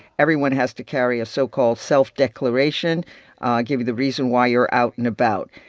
everyone has to carry a so-called self-declaration giving the reason why you're out and about.